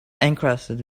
encrusted